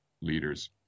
leaders